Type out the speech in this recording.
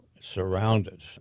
surrounded